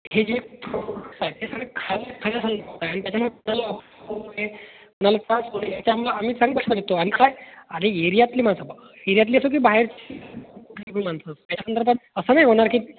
हे जे प्रॉडक्ट्स आहे ते सगळं आणि त्याच्यामुळे त्रास होऊ नये आणि काय एरियातली माणसं असो की बाहेर माणसं त्याच्या संदर्भात असं नाही होणार की